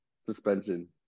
suspension